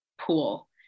pool